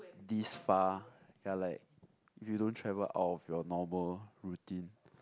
this far ya like you don't travel of your normal routine